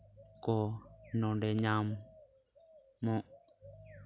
ᱠᱚ ᱱᱚᱰᱮ ᱧᱟᱢᱚᱜ